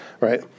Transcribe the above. right